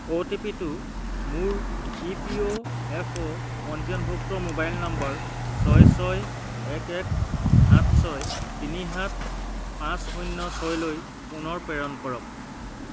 অ' T পিটো মোৰ E P O F O পঞ্জীয়নভুক্ত মোবাইল নম্বৰ ছয় ছয় এক এক সাত ছয় তিনি সাত পাঁচ শূন্য ছয়লৈ পুনৰ প্ৰেৰণ কৰক